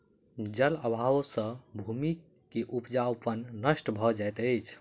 जल अभाव सॅ भूमि के उपजाऊपन नष्ट भ जाइत अछि